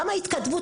גם על ההתקדמות,